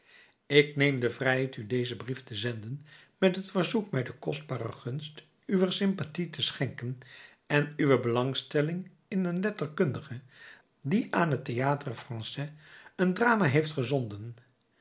ik neem de vrijheid u dezen brief te zenden met het verzoek mij de kostbare gunst uwer sympathie te schenken en uwe belangstelling in een letterkundige die aan het théâtre français een drama heeft gezonden